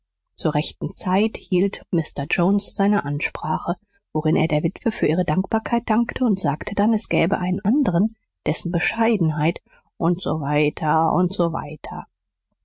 zur rechten zeit hielt mr jones seine ansprache worin er der witwe für ihre dankbarkeit dankte und sagte dann es gäbe einen anderen dessen bescheidenheit und so weiter und so weiter